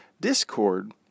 Discord